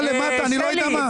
מה למטה, אני לא יודע מה.